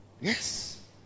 yes